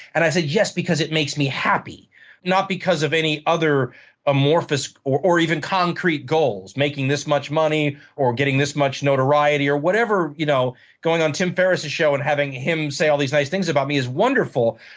and i say yes, because it makes me happy not because of any other amorphous or or even concrete goals making this much money, or getting this much notoriety. or you know going on tim ferriss' show and having him say all these nice things about me is wonderful.